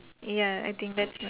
ya I think that's right